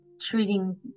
treating